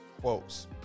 quotes